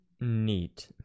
Neat